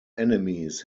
enemies